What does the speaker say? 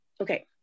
Okay